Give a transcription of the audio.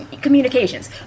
communications